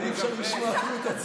אבל אי-אפשר לשמוע כלום.